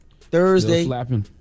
Thursday